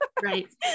Right